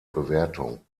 bewertung